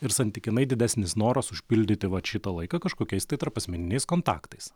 ir santykinai didesnis noras užpildyti vat šitą laiką kažkokiais tai tarpasmeniniais kontaktais